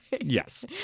Yes